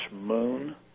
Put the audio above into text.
moon